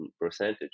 percentage